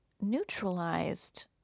neutralized